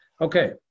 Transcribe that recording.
Okay